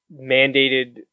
mandated